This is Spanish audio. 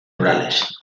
rurales